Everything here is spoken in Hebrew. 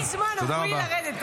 אין לי זמן, אמרו לי לרדת.